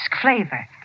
flavor